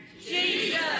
Jesus